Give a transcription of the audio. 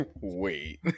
wait